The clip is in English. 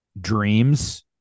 dreams